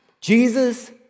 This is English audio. Jesus